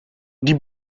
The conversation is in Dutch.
die